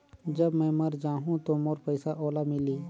जब मै मर जाहूं तो मोर पइसा ओला मिली?